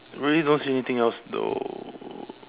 really don't see anything else though